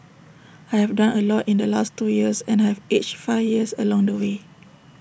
I have done A lot in the last two years and I have aged five years along the way